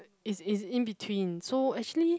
it's it's in between so actually